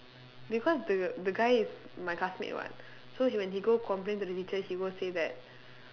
because the the guy is my classmate [what] so he when he go complain to the teacher he go say that